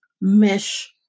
mesh